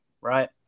right